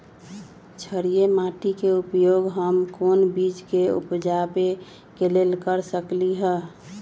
क्षारिये माटी के उपयोग हम कोन बीज के उपजाबे के लेल कर सकली ह?